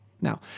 Now